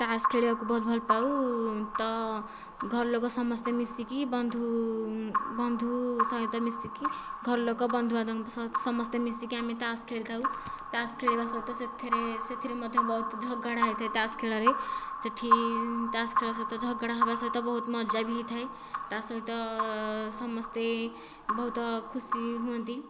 ତାସ ଖେଳିବାକୁ ବହୁତ ଭଲପାଉ ତ ଘରଲୋକ ସମସ୍ତେ ମିଶିକି ବନ୍ଧୁ ବନ୍ଧୁ ସହିତ ମିଶିକି ଘରଲୋକ ବନ୍ଧୁବାନ୍ଧବ ସହ ସମସ୍ତେ ମିଶିକି ଆମେ ତାସ ଖେଳିଥାଉ ତାସ ଖେଳିବା ସହିତ ସେଥିରେ ସେଥିରେ ମଧ୍ୟ ବହୁତ ଝଗଡ଼ା ହୋଇଥାଏ ତାସ ଖେଳରେ ସେଠାରେ ତାସ ଖେଳ ସହିତ ଝଗଡ଼ା ହେବା ସହିତ ବହୁତ ମଜା ବି ହୋଇଥାଏ ତା ସହିତ ସମସ୍ତେ ବହୁତ ଖୁସି ହୁଅନ୍ତି